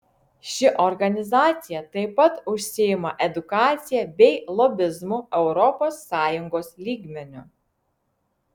ši organizacija taip pat užsiima edukacija bei lobizmu europos sąjungos lygmeniu